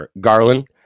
Garland